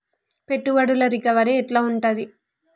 పెట్టుబడుల రికవరీ ఎట్ల ఉంటది?